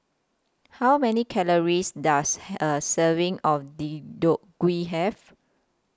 How Many Calories Does A Serving of Deodeok Gui Have